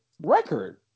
record